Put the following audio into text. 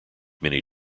many